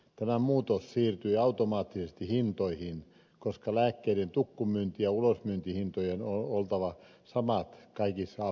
tämä muutos siirtyi automaattisesti hintoihin koska lääkkeiden tukkumyynti ja ulosmyyntihintojen on oltava samat kaikissa apteekeissa